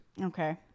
Okay